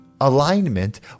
Alignment